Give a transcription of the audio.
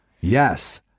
Yes